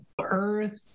Earth